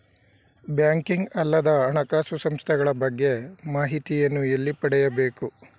Banking ಅಲ್ಲದ ಹಣಕಾಸು ಸಂಸ್ಥೆಗಳ ಬಗ್ಗೆ ಮಾಹಿತಿಯನ್ನು ಎಲ್ಲಿ ಪಡೆಯಬೇಕು?